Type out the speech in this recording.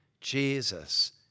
Jesus